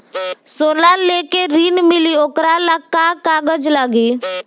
सोना लेके ऋण मिलेला वोकरा ला का कागज लागी?